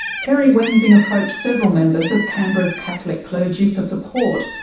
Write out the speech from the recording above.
kerry wensing approached several members of canberra's catholic clergy for support.